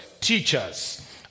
teachers